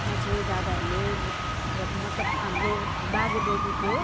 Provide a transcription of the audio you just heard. त्यहाँ चाहिँ दादाहरूले अब मतलब हाम्रो बाजेबोजुको